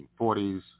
1940s